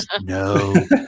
No